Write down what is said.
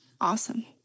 Awesome